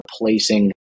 replacing